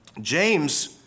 James